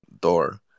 door